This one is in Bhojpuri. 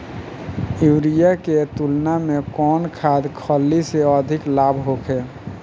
यूरिया के तुलना में कौन खाध खल्ली से अधिक लाभ होखे?